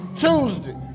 Tuesday